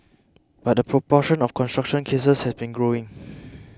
but the proportion of construction cases has been growing